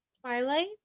twilight